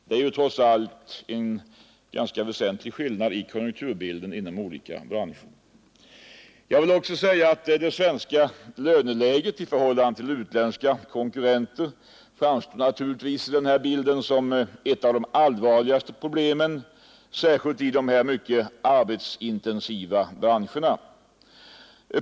Det är trots allt en ganska väsentlig skillnad i konjunkturbilden inom olika branscher. Det svenska löneläget i förhållande till utländska konkurrenter framstår i den här bilden som ett av de allvarligaste problemen, särskilt i de mycket arbetsintensiva branscherna.